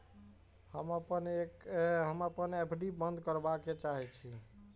हम अपन एफ.डी बंद करबा के चाहे छी